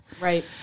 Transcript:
Right